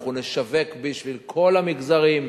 אנחנו נשווק בשביל כל המגזרים.